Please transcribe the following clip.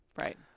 Right